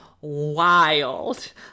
wild